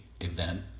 event